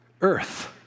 Earth